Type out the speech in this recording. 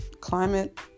climate